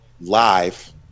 live